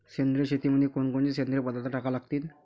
सेंद्रिय शेतीमंदी कोनकोनचे सेंद्रिय पदार्थ टाका लागतीन?